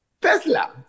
Tesla